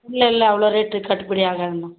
இல்லை இல்லை அவ்வளோ ரேட்டு கட்டுப்படியாகாதும்மா